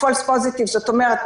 זאת אומרת,